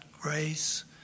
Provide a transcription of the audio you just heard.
grace